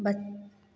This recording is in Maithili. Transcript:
बच